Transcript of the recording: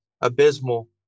abysmal